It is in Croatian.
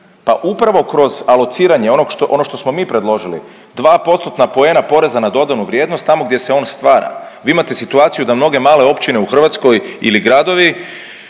Pa upravo kroz alociranje ono što smo mi predložili dva postotna poena poreza na dodanu vrijednost tamo gdje se on stvara. Vi imate situaciju da mnoge male općine u Hrvatskoj ili gradovi